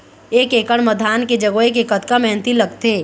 एक एकड़ म धान के जगोए के कतका मेहनती लगथे?